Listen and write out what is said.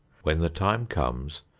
when the time comes,